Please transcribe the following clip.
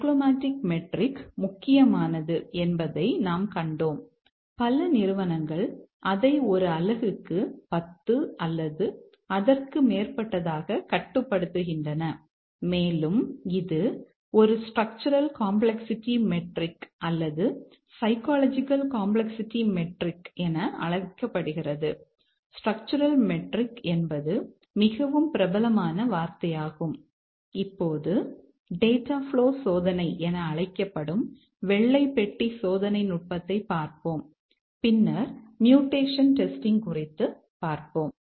cyclomatic metric முக்கியமானது என்பதை நாம் கண்டோம் பல நிறுவனங்கள் அதை ஒரு அலகுக்கு 10 அல்லது அதற்கு மேற்பட்டதாக கட்டுப்படுத்துகின்றன மேலும் இது ஒரு ஸ்டிரக்டுரல் காம்ப்ளக்ஸ்சிட்டி மெட்ரிக் குறித்து பார்ப்போம்